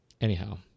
Anyhow